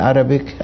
Arabic